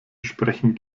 sprechen